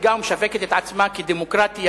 המציגה ומשווקת את עצמה כדמוקרטיה,